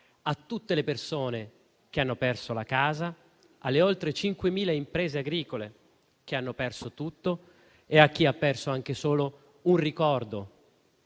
a tutte le persone che hanno perso la casa, alle oltre 5.000 imprese agricole che hanno perso tutto e a chi ha perso anche solo un ricordo,